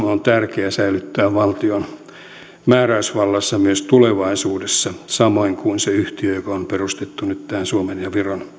on tärkeää säilyttää valtion määräysvallassa myös tulevaisuudessa samoin kuin se yhtiö joka on perustettu nyt tämän suomen ja